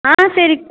ஆ சரி